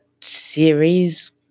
series